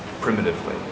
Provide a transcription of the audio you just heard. primitively